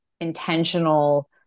intentional